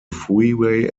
freeway